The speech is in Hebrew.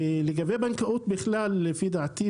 לגבי בנקאות בכלל לפי דעתי,